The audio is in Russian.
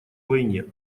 войне